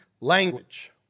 language